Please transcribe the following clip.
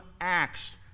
acts